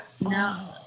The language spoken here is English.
No